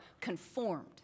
conformed